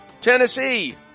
Tennessee